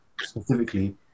specifically